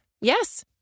Yes